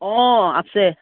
অঁ আছে